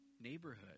neighborhood